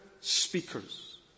speakers